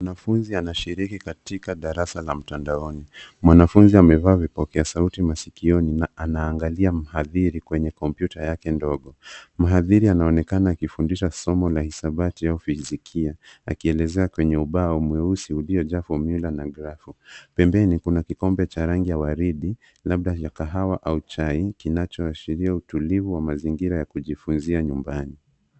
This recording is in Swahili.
Mwanafunzi anashiriki katika darasa la mtandaoni. Mwanafunzi amevaa vipokea sauti maskioni na anaangalia mhadhiri kwenye kompyuta yake ndogo. Mhadhiri anaonekana akifundisha somo la hisabati au fizikia akielezea kwenye ubaoo mweusi uliojaa fomula na grafu. Pembeni kuna kikombe cha rangi ya waridi labda ya kahawa au chai kinachoashiria utulivu wa mazingira ya kujifunzia nyumbani.